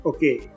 Okay